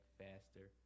faster